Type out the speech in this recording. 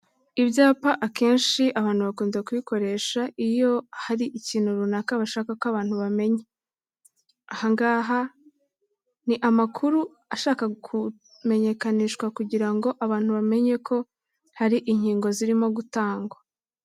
Ibyapa akenshi abantu bakunda kubikoresha iyo hari ikintu runaka bashaka ko abantu bamenya, aha ngaha n'amakuru ashaka kumenyekanishwa kugira ngo abantu bamenye ko hari inkingo zirimo gutangwa.